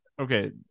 okay